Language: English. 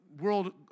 World